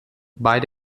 bei